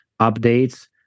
updates